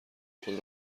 خود